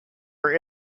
her